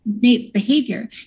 behavior